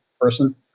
person